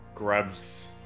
Grabs